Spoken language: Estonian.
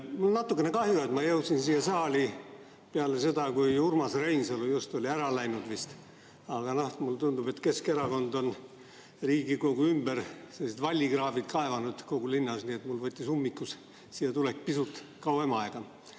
Mul on natukene kahju, et ma jõudsin siia saali peale seda, kui Urmas Reinsalu oli vist just ära läinud. Aga mulle tundub, et Keskerakond on Riigikogu ümber sellised vallikraavid kaevanud kogu linnas, et mul võttis ummikus siiatulek pisut kauem aega.